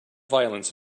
violence